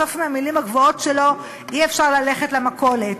בסוף, עם המילים הגבוהות שלו אי-אפשר ללכת למכולת,